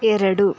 ಎರಡು